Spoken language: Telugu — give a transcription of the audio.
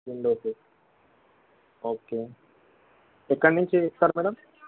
విండో సీట్ ఓకే ఎక్కడి నుంచి వస్తారు మేడమ్